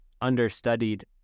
understudied